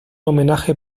homenaje